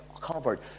covered